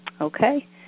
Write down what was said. Okay